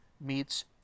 meets